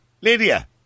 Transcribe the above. Lydia